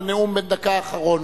לנאום בן דקה האחרון.